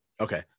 okay